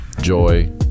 joy